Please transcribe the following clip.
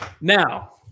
Now